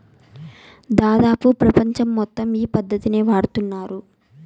దాదాపు ప్రపంచం మొత్తం ఈ పద్ధతినే వాడుతున్నారు